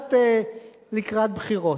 לקראת בחירות.